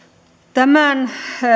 tämän